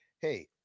hey